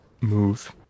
move